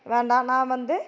வேண்டாம் நான் வந்து